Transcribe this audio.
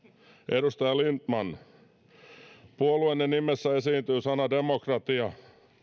edustaja lindtman puolueenne nimessä esiintyy sana demokratia